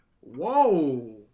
Whoa